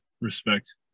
respect